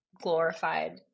glorified